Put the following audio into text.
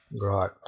Right